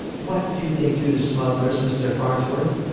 what do they do to smugglers, mr. farnsworth?